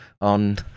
on